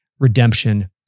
redemption